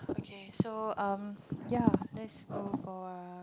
okay so um ya let's go for a